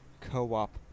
co-op